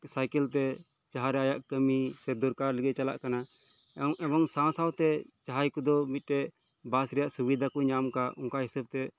cycle ᱛᱮ ᱡᱟᱦᱟᱸᱨᱮ ᱟᱭᱟᱜ ᱠᱟᱹᱢᱤ ᱥᱮ ᱫᱚᱨᱠᱟᱨ ᱞᱟᱹᱜᱤᱫ ᱮ ᱪᱟᱞᱟᱜ ᱠᱟᱱᱟ ᱮᱵᱚᱝ ᱥᱟᱶ ᱥᱟᱶᱛᱮ ᱡᱟᱦᱟᱸᱭ ᱠᱚᱫᱚ ᱢᱤᱫ ᱴᱮᱱ ᱵᱟᱥ ᱨᱮᱭᱟᱜ ᱥᱩᱵᱤᱫᱷᱟ ᱠᱚ ᱧᱟᱢ ᱟᱠᱟᱫ ᱚᱱᱠᱟ ᱦᱤᱥᱟᱹᱵᱽ ᱛᱮ